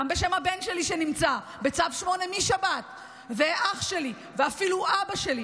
גם בשם הבן שלי שנמצא בצו 8 משבת ואח שלי ואפילו אבא שלי,